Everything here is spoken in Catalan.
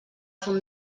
fum